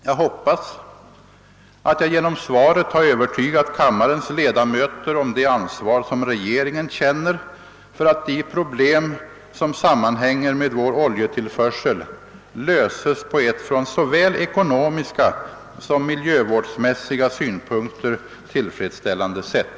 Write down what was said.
Jag hoppas att jag genom svaret har övertygat kammarens ledamöter om det ansvar som regeringen känner för att de problem som sammanhänger med vår oljetillförsel löses på ett från såväl ekonomiska som miljövårdsmässiga synpunkter tillfredsställande sätt.